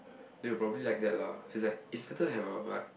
they will probably like that lah is like is better to have a like